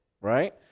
right